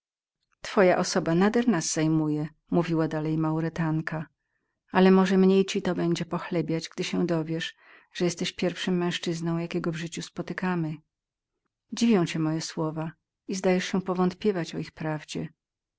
twoja osoba nader nas zajmuje mówiła dalej maurytanka ale może mniej ci to będzie pochlebiać gdy się dowiesz że jesteś pierwszym męzczyzną jakiego w życiu spotykamy dziwią cię moje słowa i zdajesz się powątpiewać o ich prawdzie